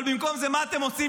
אבל במקום זה מה אתם עושים?